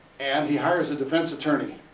and he hires a defense attorney,